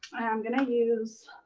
i'm gonna use,